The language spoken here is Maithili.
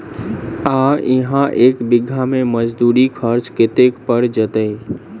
आ इहा एक बीघा मे मजदूरी खर्च कतेक पएर जेतय?